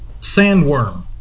sandworm